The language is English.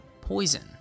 poison